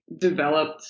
developed